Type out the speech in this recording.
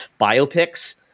biopics